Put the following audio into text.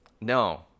No